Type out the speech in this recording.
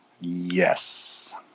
Yes